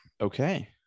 okay